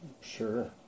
Sure